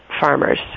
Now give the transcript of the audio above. farmers